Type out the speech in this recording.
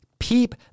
Peep